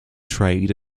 trade